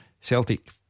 Celtic